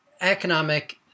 economic